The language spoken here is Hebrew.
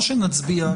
או שנצביע,